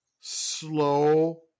slow